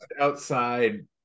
outside